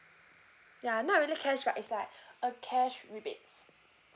ya not really cash but is like a cash rebates